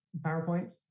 PowerPoint